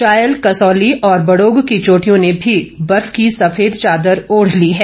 चायल कसौली और बड़ोग की चोटियों ने भी बर्फ की सफेद चादर ओढ़ ली है